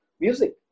music